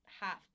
half